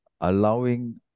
allowing